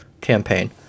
Campaign